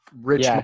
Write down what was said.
rich